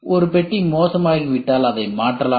ஒரு பெட்டி மோசமாகிவிட்டால் அதை மாற்றலாம்